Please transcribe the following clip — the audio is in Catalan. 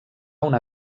una